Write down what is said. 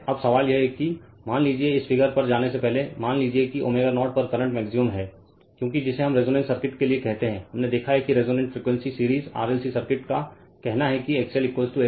अब सवाल यह है कि मान लीजिए इस फिगर पर जाने से पहले मान लीजिए कि ω0 पर करंट मैक्सिमम है क्योंकि जिसे हम रेजोनेंस सर्किट के लिए कहते हैं हमने देखा है कि resonance frequency series RLC circuit का कहना है कि XL XC